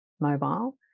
mobile